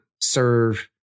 serve